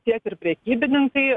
tiek ir prekybininkai